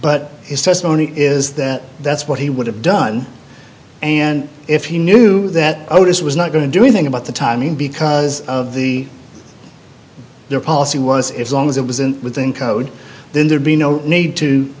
testimony is that that's what he would have done and if he knew that otis was not going to do anything about the timing because of the their policy was if long as it was in within code then there'd be no need to